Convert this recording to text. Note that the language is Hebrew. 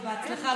ובהצלחה.